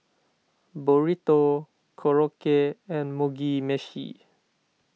Burrito Korokke and Mugi Meshi